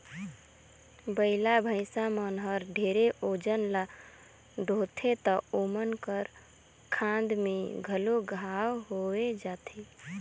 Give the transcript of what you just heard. बइला, भइसा मन हर ढेरे ओजन ल डोहथें त ओमन कर खांध में घलो घांव होये जाथे